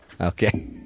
Okay